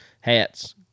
hats